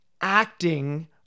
acting